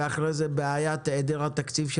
אך אחרי זה בעיית היעדר התקציב של